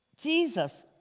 Jesus